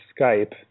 Skype